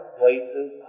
places